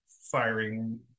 firing